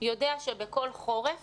יודע שבכל חורף